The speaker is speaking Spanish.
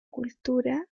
cultura